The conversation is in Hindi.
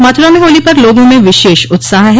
मथुरा में होली पर लोगों में विशेष उत्साह है